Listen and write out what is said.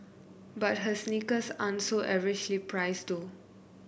but her sneakers aren't so averagely priced though